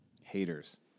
haters